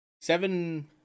seven